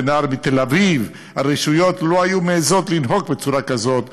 בנער מתל-אביב הרשויות לא היו מעזות לנהוג בצורה כזו,